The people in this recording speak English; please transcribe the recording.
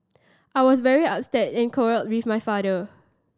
I was very upset and quarrelled with my father